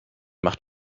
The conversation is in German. macht